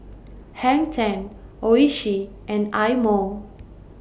Hang ten Oishi and Eye Mo